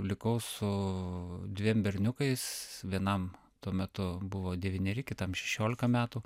likau su dviem berniukais vienam tuo metu buvo devyneri kitam šešiolika metų